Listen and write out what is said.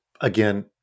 again